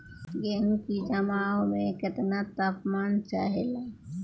गेहू की जमाव में केतना तापमान चाहेला?